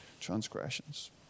transgressions